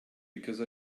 because